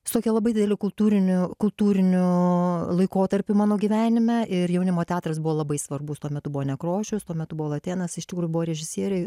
su tokia labai dideliu kultūriniu kultūriniu laikotarpiu mano gyvenime ir jaunimo teatras buvo labai svarbus tuo metu buvo nekrošius tuo metu buvo latėnas iš tikrųjų buvo režisieriai